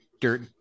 dirt